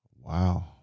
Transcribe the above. Wow